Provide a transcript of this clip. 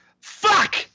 Fuck